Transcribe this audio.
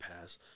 pass